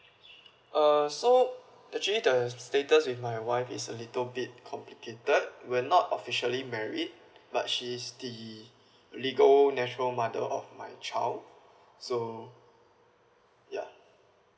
uh so actually the status with my wife is a little bit complicated we're not officially married but she is the legal natural mother of my child so yeah